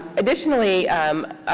additionally,